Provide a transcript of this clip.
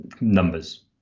numbers